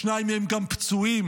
שניים מהם גם פצועים,